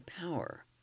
power